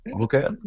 okay